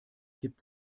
gibt